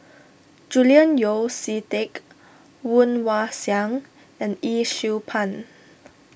Julian Yeo See Teck Woon Wah Siang and Yee Siew Pun